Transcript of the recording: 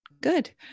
good